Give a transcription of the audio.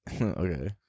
Okay